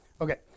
Okay